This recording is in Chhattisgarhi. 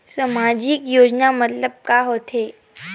सामजिक योजना मतलब का होथे?